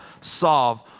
solve